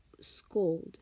scold